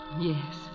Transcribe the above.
Yes